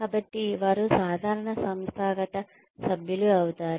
కాబట్టి వారు సాధారణ సంస్థాగత సభ్యులు అవుతారు